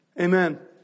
amen